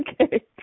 Okay